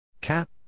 Cap